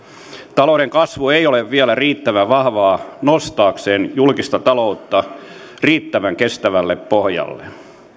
talouden kasvu ei ole vielä riittävän vahvaa nostaakseen julkista taloutta riittävän kestävälle pohjalle